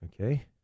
okay